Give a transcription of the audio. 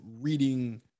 reading